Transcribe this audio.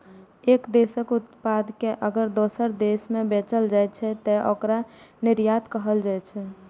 एक देशक उत्पाद कें अगर दोसर देश मे बेचल जाइ छै, तं ओकरा निर्यात कहल जाइ छै